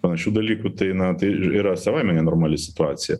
panašių dalykų tai na tai yra savaime nenormali situacija